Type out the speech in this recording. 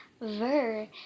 Ver